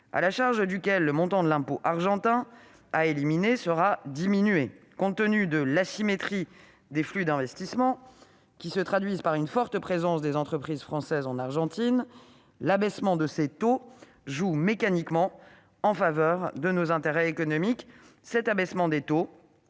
à la charge duquel le montant de l'impôt argentin à éliminer sera diminué. Compte tenu de l'asymétrie des flux d'investissement, qui se traduisent par une forte présence des entreprises françaises en Argentine, l'abaissement de ces taux joue mécaniquement en faveur de nos intérêts économiques